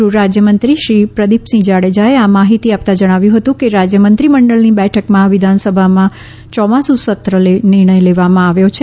ગૃહરાજ્યમંત્રી શ્રી પ્રદીપસિંહ જાડેજાએ આ માહિતી આપતા જણાવ્યું હતું કે રાજ્ય મંત્રી મંડળની બેઠકમાં વિધાન સભાના ચોમાસું સત્રનો નિર્ણય લેવામાં આવ્યો છે